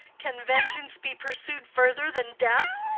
can vengeance be pursu'd further than death?